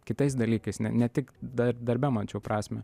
kitais dalykais ne tik da darbe mačiau prasmę